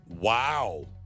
Wow